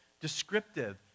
descriptive